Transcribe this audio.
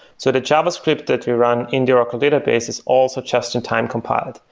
so the javascript that you run in the oracle database is also just-in-time compiled,